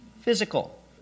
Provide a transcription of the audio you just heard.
physical